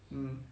um